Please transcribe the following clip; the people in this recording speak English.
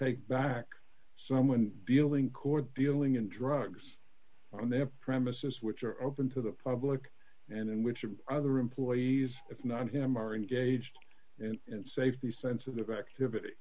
take back some when dealing core dealing in drugs on the premises which are open to the public and which other employees if not him are engaged in safety sensitive activity